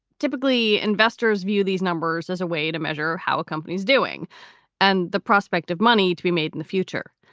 typically, investors view these numbers as a way to measure how a company is doing and the prospect of money to be made in the future.